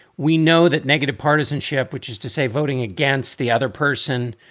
we know that negative partisanship, which is to say voting against the other person,